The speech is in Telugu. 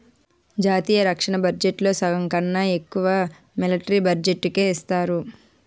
జాతీయ రక్షణ బడ్జెట్లో సగంకన్నా ఎక్కువ మిలట్రీ బడ్జెట్టుకే ఇస్తారు